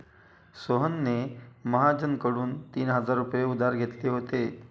सोहनने महाजनकडून तीन हजार रुपये उधार घेतले होते